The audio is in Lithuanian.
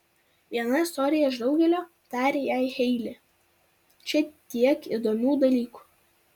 viena istorija iš daugelio tarė jai heile čia tiek įdomių dalykų